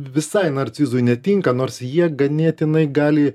visai narcizui netinka nors jie ganėtinai gali